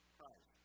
Christ